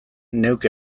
neuk